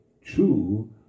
True